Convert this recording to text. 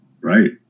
Right